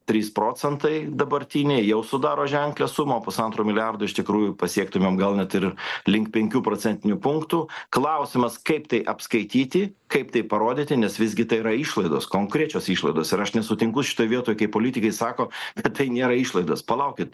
trys procentai dabartiniai jau sudaro ženklią sumą o pusantro milijardo iš tikrųjų pasiektumėm gal net ir link penkių procentinių punktų klausimas kaip tai apskaityti kaip tai parodyti nes visgi tai yra išlaidos konkrečios išlaidos ir aš nesutinku šitoj vietoj kai politikai sako kad tai nėra išlaidos palaukit